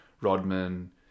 Rodman